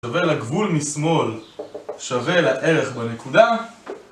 שווה לגבול משמאל שווה לערך בנקודה